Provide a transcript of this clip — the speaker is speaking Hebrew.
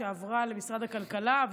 שעברה למשרד הכלכלה,